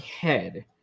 head